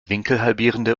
winkelhalbierende